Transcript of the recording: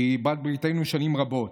שהיא בעלת בריתנו שנים רבות.